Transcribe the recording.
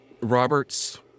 Robert's